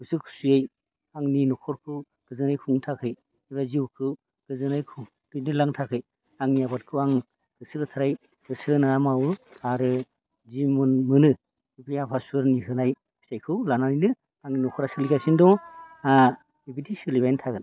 गोसो खुसियै आंनि न'खरखौ गोजोनै खुंनो थाखाय एबा जिउखौ गोजोनै दैदेनलांनो थाखाय आंनि आबादखौ आं गोसो गोथारै गोसो होनानै मावो आरो जि मोनो बे आफा इसोरननि होनाय फिथाइखौ लानानैनो आंनि न'खरा सोलिगासिनो दङ आरो बेबायदि सोलिबायानो थागोन